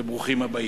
וברוכים הבאים.